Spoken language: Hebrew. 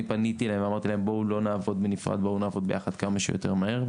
אני פניתי אליהם והצעתי שלא נעבוד בנפרד אלא נעבוד ביחד כמה שיותר מהר.